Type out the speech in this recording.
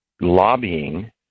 lobbying